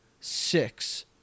six